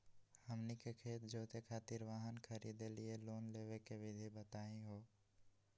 हमनी के खेत जोते खातीर वाहन खरीदे लिये लोन लेवे के विधि बताही हो?